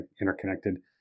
interconnected